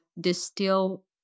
distill